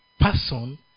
person